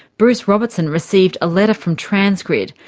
bruce robertson received a letter from transgrid,